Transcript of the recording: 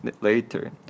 later